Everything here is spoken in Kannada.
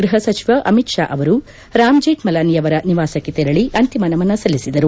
ಗೃಹ ಸಚಿವ ಅಮಿತ್ ಶಾ ಅವರು ರಾಮ್ ಜೀಕ್ನಲಾನಿ ಅವರು ನಿವಾಸಕ್ಕೆ ತೆರಳಿ ಅಂತಿಮ ನಮನ ಸಲ್ಲಿಸಿದರು